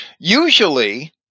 usually